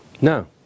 No